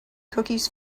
cookies